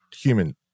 human